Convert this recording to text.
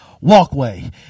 Walkway